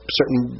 certain